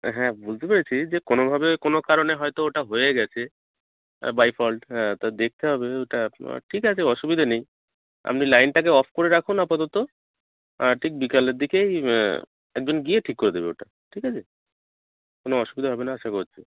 হ্যাঁ বুঝতে পেরেছি যে কোনোভাবে কোনো কারণে হয়তো ওটা হয়ে গেছে বাই ফল্ট হ্যাঁ তা দেখতে হবে ওটা আপনার ঠিক আছে অসুবিধে নেই আপনি লাইনটাকে অফ করে রাখুন আপাতত ঠিক বিকালের দিকেই একজন গিয়ে ঠিক করে দেবে ওটা ঠিক আছে কোনো অসুবিধা হবে না আশা করছি